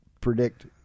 predict—